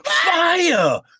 Fire